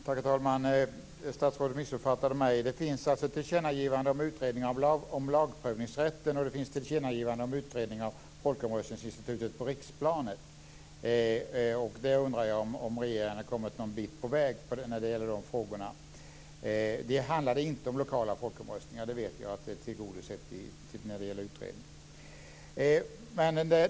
Herr talman! Statsrådet missuppfattade mig. Det finns ett tillkännagivande om utredning av lagprövningsrätten och det finns ett tillkännagivande om utredning av folkomröstningsinstitutet på riksplanet. Jag undrar om regeringen har kommit någon bit på väg när det gäller dessa frågor. Det handlade inte om lokala folkomröstningar. Jag vet att det är tillgodosett i utredningen.